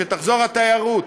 שתחזור התיירות,